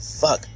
fuck